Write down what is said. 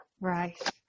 right